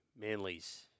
Manly's